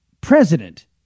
president